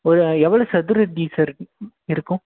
ஒரு எவ்வளோ சதுரடி சார் இருக்கும்